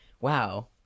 wow